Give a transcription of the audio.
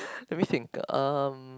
let me think um